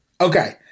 Okay